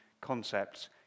concepts